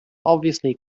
obviously